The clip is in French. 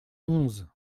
onze